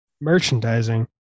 merchandising